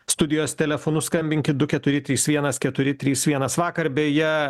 studijos telefonu skambinkit du keturi trys vienas keturi trys vienas vakar beje